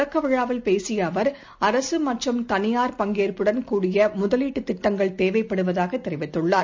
தொடக்கவிழாவில் பேசியஅவர் அரசுமற்றும் தனியார் பங்கேற்புடன் கூடிய முதலீட்டுத் திட்டங்கள் தேவைப்படுவதாகதெரிவித்துள்ளார்